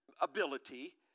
ability